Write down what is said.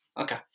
okay